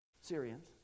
Syrians